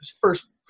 first